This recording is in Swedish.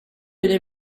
dig